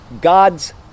God's